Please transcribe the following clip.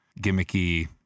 gimmicky